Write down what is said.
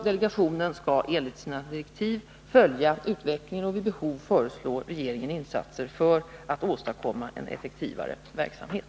Delegationen skall enligt sina direktiv följa utvecklingen och vid behov föreslå regeringen insatser för att åstadkomma en effektivare verksamhet.